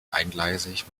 eingleisig